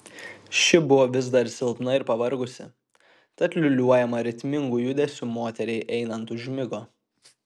ši buvo vis dar silpna ir pavargusi tad liūliuojama ritmingų judesių moteriai einant užmigo